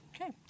okay